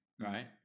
right